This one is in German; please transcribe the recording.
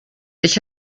ich